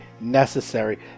necessary